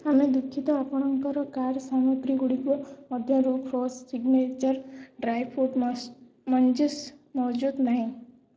ଆମେ ଦୁଃଖିତ ଆପଣଙ୍କର କାର୍ଟ୍ ସାମଗ୍ରୀଗୁଡ଼ିକ ମଧ୍ୟରୁ Fresho signature dry fruit munchies ମହଜୁଦ ନାହିଁ